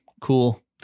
Cool